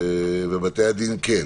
ובתי הדין כן.